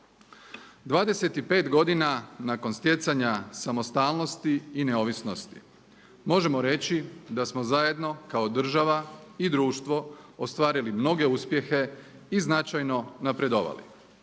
25 godina nakon stjecanja samostalnosti i neovisnosti možemo reći da smo zajedno kao država i društvo ostvarili mnoge uspjehe i značajno napredovali.